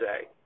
say